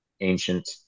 ancient